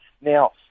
Now